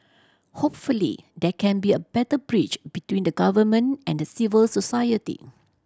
hopefully there can be a better bridge between the Government and the civil society